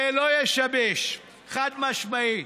זה לא ישבש, חד-משמעית.